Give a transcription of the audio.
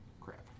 Crap